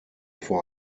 vor